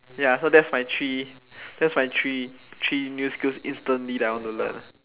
ya so that's my three that's my three three new skills instantly that I want to learn